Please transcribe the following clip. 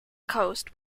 coast